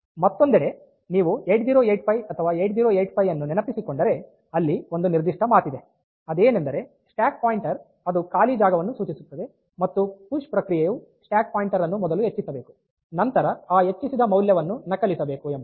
ಮತ್ತೊಂದೆಡೆ ನೀವು 8085 ಅಥವಾ 8051 ಅನ್ನು ನೆನಪಿಸಿಕೊಂಡರೆ ಅಲ್ಲಿ ಒಂದು ನಿರ್ದಿಷ್ಟ ಮಾತಿದೆ ಅದೇನೆಂದರೆ ಸ್ಟ್ಯಾಕ್ ಪಾಯಿಂಟರ್ ಅದು ಖಾಲಿ ಜಾಗವನ್ನು ಸೂಚಿಸುತ್ತದೆ ಮತ್ತು ಪುಶ್ ಪ್ರಕ್ರಿಯೆಯು ಸ್ಟ್ಯಾಕ್ ಪಾಯಿಂಟರ್ ಅನ್ನು ಮೊದಲು ಹೆಚ್ಚಿಸಬೇಕು ನಂತರ ಆ ಹೆಚ್ಚಿಸಿದ ಮೌಲ್ಯವನ್ನು ನಕಲಿಸಬೇಕು ಎಂಬುದು